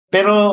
Pero